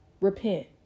repent